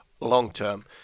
long-term